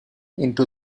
into